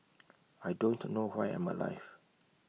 I don't know why I'm alive